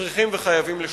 צריכים וחייבים לשנות.